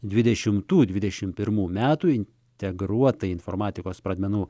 dvidešimtų dvidešimt pirmų metų integruotai informatikos pradmenų